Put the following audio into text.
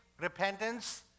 repentance